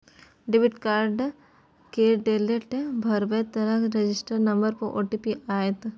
debit card केर detail भरबै तखन रजिस्टर नंबर पर ओ.टी.पी आएत